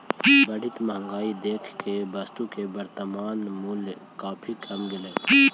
बढ़ित महंगाई देख के वस्तु के वर्तनमान मूल्य काफी कम लगतइ